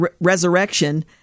resurrection